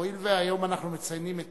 הואיל והיום אנחנו מציינים את